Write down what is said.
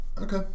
Okay